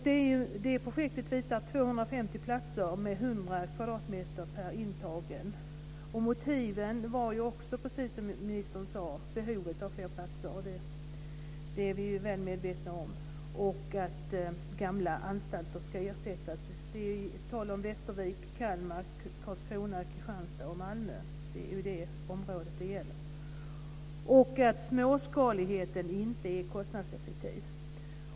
Det projektet visar 250 platser med 100 kvadratmeter per intagen. Motiven var, precis som justitieministern sade, behovet av fler platser - det är vi väl medvetna om - och att gamla anstalter ska ersättas. Det är tal om Västervik, Kalmar, Karlskrona, Kristianstad och Malmö. Det är det området det gäller. Dessutom är småskaligheten inte kostnadseffektiv.